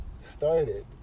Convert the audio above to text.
started